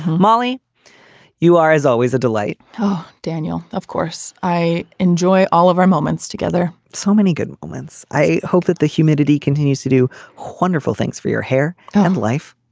molly you are as always a delight oh daniel. of course i enjoy all of our moments together so many good moments. i hope that the humidity continues to do wonderful things for your hair and life.